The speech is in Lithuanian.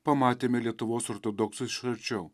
pamatėme lietuvos ortodoksus iš arčiau